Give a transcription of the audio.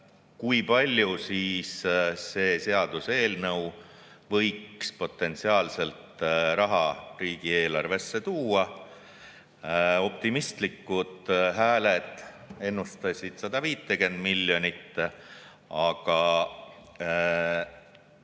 kui palju siis selle seaduseelnõu kohaselt võiks potentsiaalselt raha riigieelarvesse tulla. Optimistlikud hääled ennustasid 150 miljonit, aga